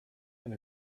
and